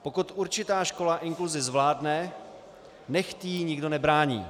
Pokud určitá škola inkluzi zvládne, nechť jí nikdo nebrání.